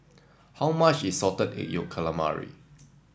how much is Salted Egg Yolk Calamari